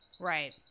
Right